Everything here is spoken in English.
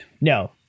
No